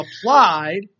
applied